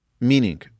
Meaning